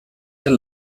der